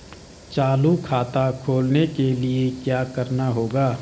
चालू खाता खोलने के लिए क्या करना होगा?